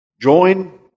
join